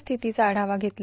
स्थितीचा आववा घेतला